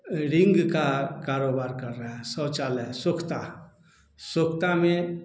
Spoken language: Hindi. रिंग का कारोबार कर रहा है शौचालय सोखता सोखता में